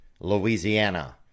Louisiana